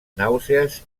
nàusees